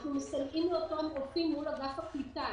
אנחנו מסייעים לאותם רופאים מול אגף הקליטה.